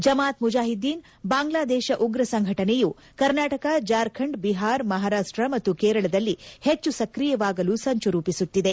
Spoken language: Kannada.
ಜಮಾತ್ ಮುಜಾಹಿದ್ದೀನ್ ಬಾಂಗ್ಲಾದೇಶ ಉಗ್ರ ಸಂಘಟನೆಯು ಕರ್ನಾಟಕ ಜಾರ್ಖಂಡ್ ಬಿಹಾರ ಮಹಾರಾಷ್ಟ ಮತ್ತು ಕೇರಳದಲ್ಲಿ ಹೆಚ್ಚು ಸಕ್ರಿಯವಾಗಲು ಸಂಚು ರೂಪಿಸುತ್ತಿದೆ